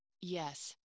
Yes